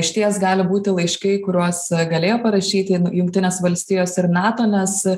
išties gali būti laiškai kuriuos galėjo parašyti jungtinės valstijos ir nato nes